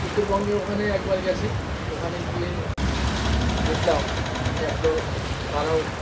উত্তরবঙ্গে ওখানে একবার গেছি ওখানে গিয়ে দেখলাম একদল তারাও